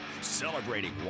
Celebrating